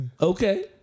Okay